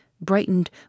brightened